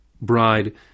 bride